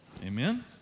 Amen